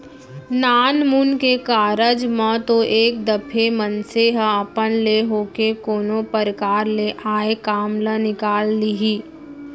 नानमुन के कारज म तो एक दफे मनसे ह अपन ले होके कोनो परकार ले आय काम ल निकाल लिही